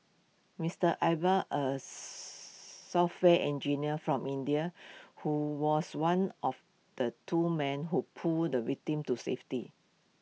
Mister Iqbal A software engineer from India who was one of the two men who pulled the victim to safety